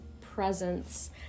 presence